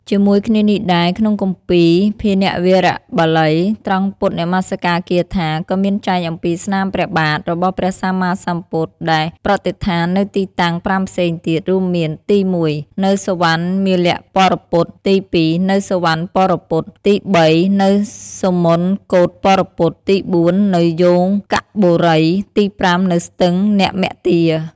ជាមួយគ្នានេះដែរ ក្នុងគម្ពីរ ភាណវារៈបាលី ត្រង់ពុទ្ធនមក្ការគាថា ក៏មានចែងអំពី ស្នាមព្រះបាទ របស់ព្រះសម្មាសម្ពុទ្ធដែលប្រតិស្ថាននៅទីតាំង ៥ ផ្សេងទៀតរួមមានទី១ នៅសុវណ្ណមាលិបរពត ទី២ នៅសុវណ្ណបរពត ទី៣ នៅសុមនកូដបរពត ទី៤ នៅយោនកបុរី ទី៥ នៅស្ទឹងនម្មទា។